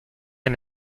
and